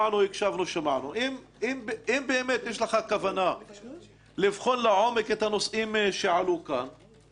אם באמת יש לך כוונה לבחון לעומק את הנושאים שעלו כאן,